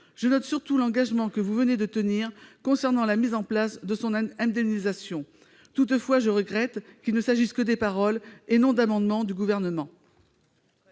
Je note surtout l'engagement que vous venez de prendre s'agissant de son indemnisation. Toutefois, je regrette qu'il ne s'agisse que de paroles et non d'amendements du Gouvernement